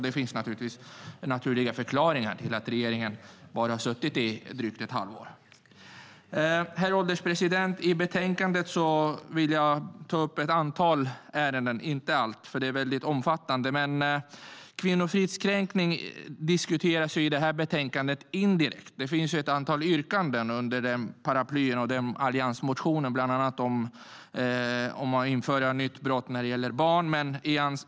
Det finns naturliga förklaringar till det, eftersom regeringen bara har suttit drygt ett halvår vid makten. Herr ålderspresident! Jag vill ta upp ett antal saker i betänkandet men inte allt. Betänkandet är nämligen mycket omfattande. Kvinnofridskränkning diskuteras indirekt i detta betänkande. Det finns ett antal yrkanden under paraplyet av alliansmotioner, bland annat om att införa ett nytt brott när det gäller barn.